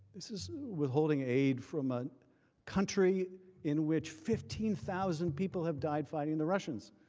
this is withholding aid from a country in which fifteen thousand people have died fighting the russians.